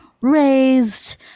raised